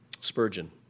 Spurgeon